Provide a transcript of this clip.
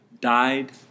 died